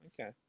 Okay